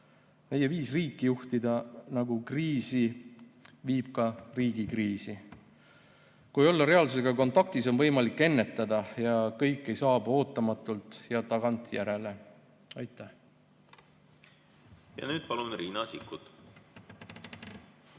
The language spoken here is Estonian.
Meie viis juhtida riiki nagu kriisi viib ka riigi kriisi. Kui olla reaalsusega kontaktis, on võimalik ennetada ja kõik ei saabu ootamatult ja tagantjärele. Aitäh! Nüüd, palun, Riina Sikkut!